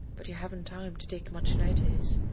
but you haven't time to take much notice.